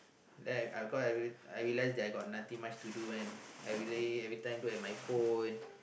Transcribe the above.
then I I cause I I realise that I got nothing much to do and everyday every time look at my phone